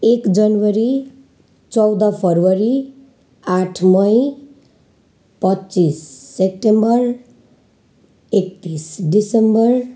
एक जनवरी चौध फेब्रुअरी आठ मई पच्चिस सेप्टेम्बर एक्तिस दिसम्बर